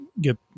get